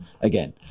again